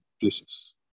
places